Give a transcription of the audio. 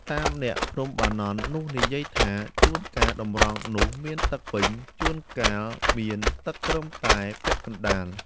តាមអ្នកភ្នំបាណន់នោះនិយាយថា ចួនកាលតម្រងនោះមានទឹកពេញ ចួនកាល់មានទឹកត្រឹមតែពាក់ កណ្តាល,